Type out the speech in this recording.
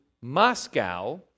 Moscow